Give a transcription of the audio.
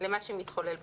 למה שמתחולל בתחום,